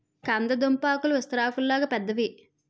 కంద దుంపాకులు విస్తరాకుల్లాగా పెద్దవి